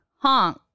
honk